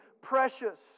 precious